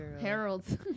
Harold's